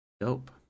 Dope